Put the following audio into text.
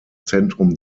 zentrum